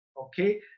Okay